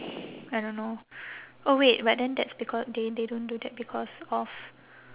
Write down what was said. I don't know oh wait but then that's because they they don't do that because of